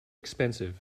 expensive